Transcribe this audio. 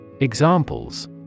Examples